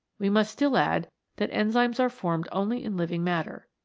we must still add that enzymes are formed only in living matter.